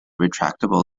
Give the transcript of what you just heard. retractable